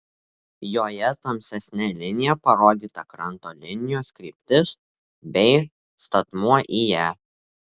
joje tamsesne linija parodyta kranto linijos kryptis bei statmuo į ją